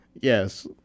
Yes